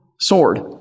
sword